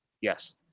Yes